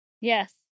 yes